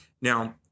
Now